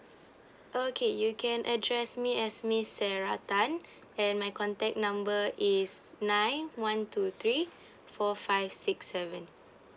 okay you can address me as miss sarah tan and my contact number is nine one two three four five six seven